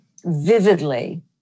vividly